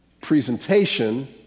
presentation